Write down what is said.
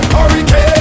Hurricane